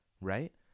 right